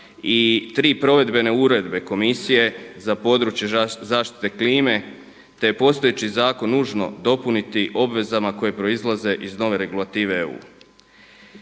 i tri provedbene uredbe komisije za područje zaštite klime te je postojeći zakon nužno dopuniti obvezama koje proizlaze iz nove regulative EU.